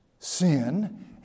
Sin